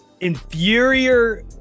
inferior